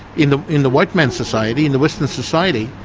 in the in the white man's society, in the western society,